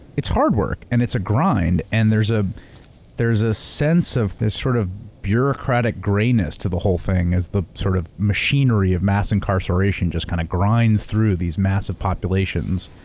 it's hard work, and it's a grind. and there's ah a ah sense of this sort of bureaucratic grayness to the whole thing as the sort of machinery of mass incarceration just kind of grinds through these massive populations.